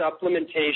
supplementation